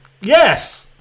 Yes